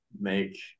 make